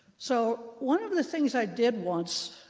so one of the things i did once,